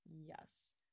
Yes